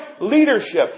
leadership